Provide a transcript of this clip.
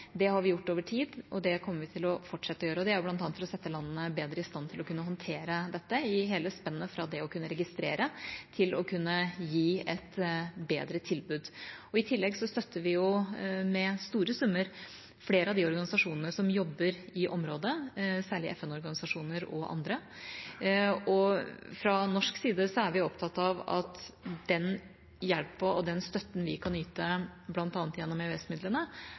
Det har vi gjort over tid, og det kommer vi til å fortsette å gjøre. Det er bl.a. for å sette landene bedre i stand til å kunne håndtere dette i hele spennet fra det å kunne registrere til å kunne gi et bedre tilbud. I tillegg støtter vi med store summer flere av de organisasjonene som jobber i området, særlig FN-organisasjoner og andre. Fra norsk side er vi opptatt av at den hjelpen og støtten vi kan yte bl.a. gjennom